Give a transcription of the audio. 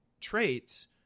traits